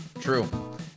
true